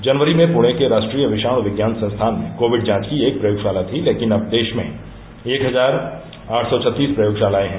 जनवरी में पुणे के राष्ट्रीय विषाणु विज्ञान संस्थान में कोविड जांच की एक प्रयोगशाला थी लेकिन अब देश में एक हजार आठ सौ छत्तीस प्रयोगशालाए हैं